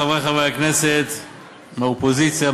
חברי חברי הכנסת מהאופוזיציה,